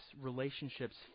relationships